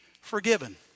forgiven